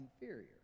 inferior